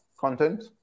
content